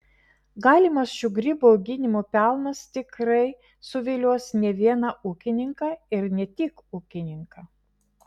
galimas šių grybų auginimo pelnas tikrai suvilios ne vieną ūkininką ir ne tik ūkininką